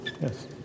Yes